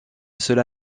cela